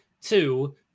Two